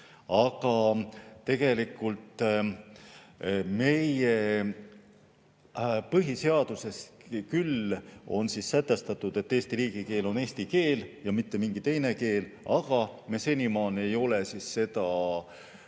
Aga tegelikult meie põhiseaduses küll on sätestatud, et Eesti riigikeel on eesti keel ja mitte mingi teine keel, aga me senimaani ei ole seda